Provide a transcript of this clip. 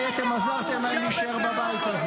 טרור והם עצמם לא הורשעו בפעולות טרור.